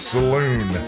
Saloon